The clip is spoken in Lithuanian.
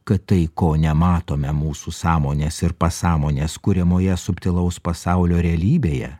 kad tai ko nematome mūsų sąmonės ir pasąmonės kuriamoje subtilaus pasaulio realybėje